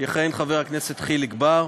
יכהן חבר הכנסת חיליק בר,